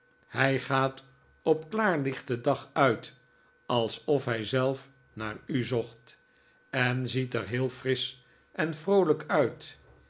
hij gaat op klaarlichten dag uit alsof hij zelf naar u zocht en ziet er heel frisch en vroolijk uit